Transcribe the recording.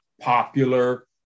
popular